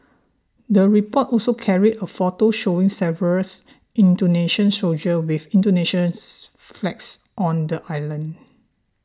the report also carried a photo showing several Indonesian soldiers with Indonesians flags on the island